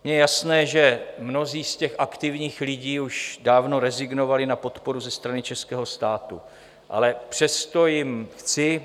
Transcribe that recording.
Je jasné, že mnozí z těch aktivních lidí už dávno rezignovali na podporu ze strany českého státu, ale přesto jim chci...